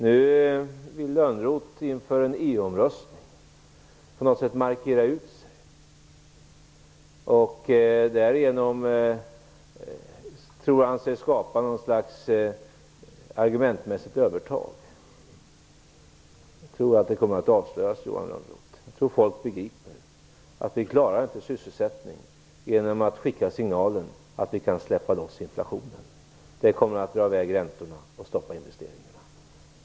Nu vill Lönnroth inför en EU-omröstning på något sätt markera ut sig. Därigenom tror han sig skapa något slags argumentmässigt övertag. Jag tror att det kommer att avslöjas, Johan Lönnroth. Jag tror att folk begriper att vi inte klarar sysselsättningen genom att skicka signalen att vi kan släppa loss inflationen. Det skulle dra i väg räntorna och stoppa investeringarna.